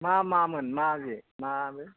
मा मामोन मानो